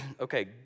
okay